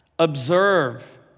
observe